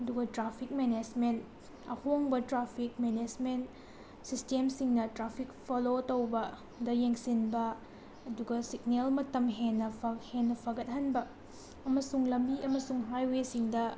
ꯑꯗꯨꯒ traffic management ꯑꯍꯣꯡꯕ traffic management ꯁꯤꯁꯇꯦꯝꯁꯤꯡꯅ ꯇ꯭ꯔꯥꯐꯤꯛ ꯐꯣꯂꯣ ꯇꯧꯕꯗ ꯌꯦꯡꯁꯤꯟꯕ ꯑꯗꯨꯒ ꯁꯤꯒꯅꯦꯜ ꯃꯇꯝ ꯍꯦꯟꯅ ꯍꯦꯟꯅ ꯐꯒꯠꯍꯟꯕ ꯑꯃꯁꯨꯡ ꯂꯝꯕꯤ ꯑꯃꯁꯨꯡ ꯍꯥꯏꯌꯦꯁꯤꯡꯗ